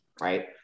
right